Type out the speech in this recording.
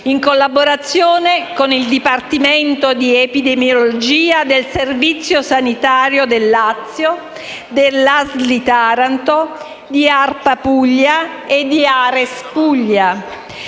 in collaborazione con il dipartimento di epidemiologia del Servizio sanitario del Lazio, della ASL di Taranto, di ARPA Puglia e di Ares Puglia.